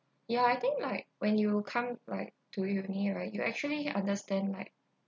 ya I think like when you come like to uni right you actually understand like